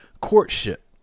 courtship